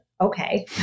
okay